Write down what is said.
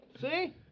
See